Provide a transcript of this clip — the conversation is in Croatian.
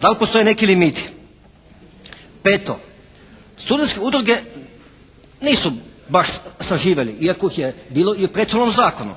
Da li postoje neki limiti? Peto, studentske udruge nisu baš saživjele iako ih je bilo i u prethodnom zakonu,